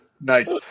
Nice